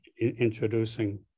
introducing